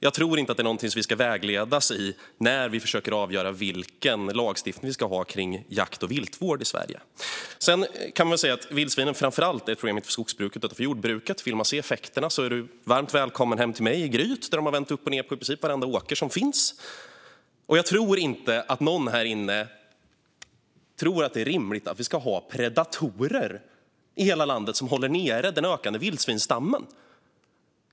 Jag tror inte att det är någonting som vi ska vägledas av när vi försöker avgöra vilken lagstiftning som vi ska ha kring jakt och viltvård i Sverige. Vildsvinen är framför allt ett problem för skogsbruket och jordbruket. Vill du se effekterna av vildsvinen är du varmt välkommen hem till mig i Gryt där vildsvinen har vänt upp och ned på i princip varenda åker som finns. Jag tror inte att någon här inne anser att det är rimligt att vi ska ha predatorer i hela landet som håller den ökande vildsvinsstammen nere.